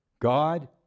God